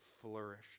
flourish